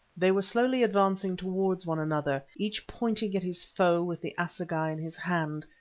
they were slowly advancing towards one another, each pointing at his foe with the assegai in his hand.